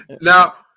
Now